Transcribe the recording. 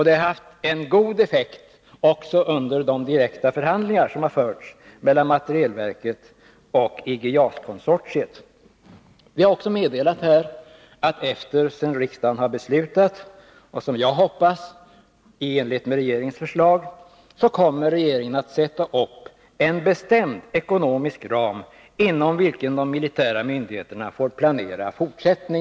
Den har haft god effekt också under de direkta förhandlingar som har förts mellan materielverket och IG JAS-konsortiet. Vi har också här meddelat att regeringen efter det att riksdagen har fattat beslut —-i enlighet med regeringens förslag — kommer att sätta upp en bestämd ekonomisk ram inom vilken de militära myndigheterna får planera projektet.